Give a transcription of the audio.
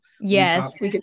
Yes